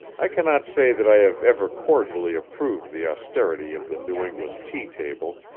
i cannot say that i have ever cordially approved the austerity of the new england tea-table,